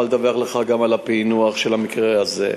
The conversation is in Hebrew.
לדווח לך גם על הפענוח של המקרה הזה.